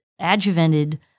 adjuvanted